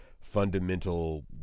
fundamental